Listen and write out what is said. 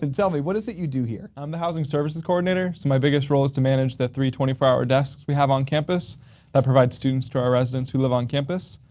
and tell me what is it you do here? i'm the housing services coordinator so my biggest role is to manage the three twenty four hour desks we have on campus that provides students to our residents who live on campus.